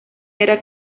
era